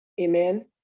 amen